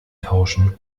tauschen